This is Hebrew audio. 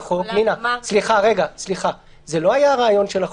--- נינא, סליחה, זה לא היה הרעיון של החוק,